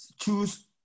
choose